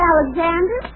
Alexander